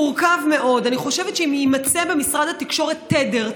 אני חושבת שאם יימצא במשרד התקשורת תדר,